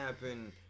happen